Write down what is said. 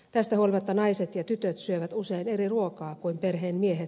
tästä huolimatta naiset ja tytöt syövät usein eri ruokaa kuin perheen miehet